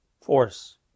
force